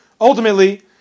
ultimately